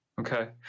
Okay